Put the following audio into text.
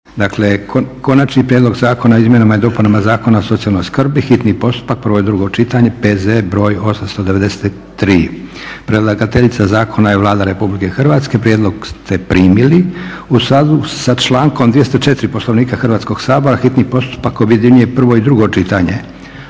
Dakle 1. Konačni prijedlog zakona o izmjenama i dopunama Zakona o socijalnoj skrbi, hitni postupak, prvo i drugo čitanje, P.Z. br. 893 Predlagateljica zakona je Vlada Republike Hrvatske. Prijedlog ste primili. U skladu sa člankom 204. Poslovnika Hrvatskog sabora hitni postupak objedinjuje prvo i drugo čitanje,